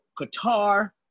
Qatar